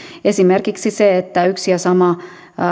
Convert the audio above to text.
esimerkiksi se että yksi ja sama